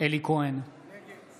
אלי כהן, נגד אלמוג כהן,